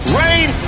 rain